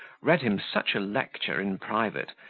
read him such a lecture in private,